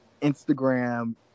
Instagram